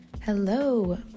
Hello